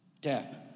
Death